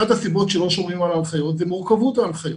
אחת הסיבות שלא שומרים על ההנחיות היא מורכבות ההנחיות.